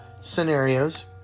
scenarios